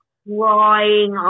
crying